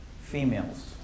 females